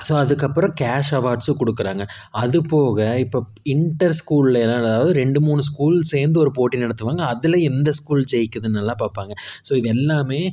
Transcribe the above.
so அதுக்கப்புறம் cash அவார்ட்ஸும் கொடுக்கறாங்க அதுபோக இப்போ இன்டெர் ஸ்கூலெலாம் அதாவது ரெண்டு மூணு ஸ்கூல் சேர்ந்து ஒரு போட்டி நடத்துவாங்க அதில் எந்த ஸ்கூல் ஜெய்க்கிறதுனெல்லாம் பார்ப்பாங்க ஸோ இது எல்லாமே